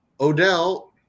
Odell